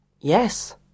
yes